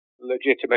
legitimate